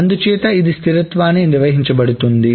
అందుచేత ఇది స్థిరత్వాన్ని నిర్వహించబడుతోంది